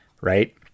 right